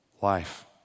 life